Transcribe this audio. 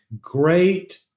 great